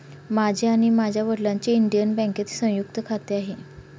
माझे आणि माझ्या वडिलांचे इंडियन बँकेत संयुक्त खाते आहे